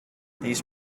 these